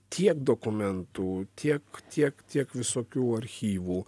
tiek dokumentų tiek tiek tiek visokių archyvų